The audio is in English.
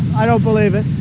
i don't believe it